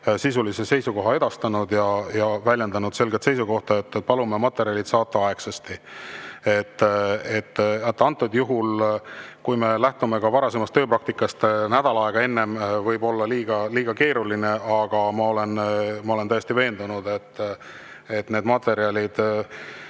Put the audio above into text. oma seisukoha edastanud ja väljendanud selget [soovi], et palume materjalid saata aegsasti. Antud juhul, kui me lähtume ka varasemast tööpraktikast, võib nädal aega enne olla liiga keeruline, aga ma olen tõesti veendunud, et need materjalid